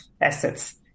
assets